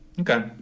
Okay